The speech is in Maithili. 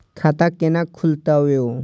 खाता केना खुलतै यो